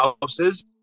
houses